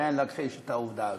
ואין להכחיש את העובדה הזאת,